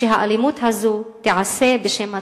שהאלימות הזאת תיעשה בשם הציונות.